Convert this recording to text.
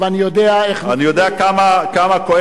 אני יודע כמה כואב לך וכמה אתה,